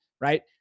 right